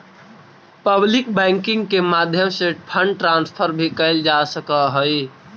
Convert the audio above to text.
public banking के माध्यम से फंड ट्रांसफर भी कैल जा सकऽ हइ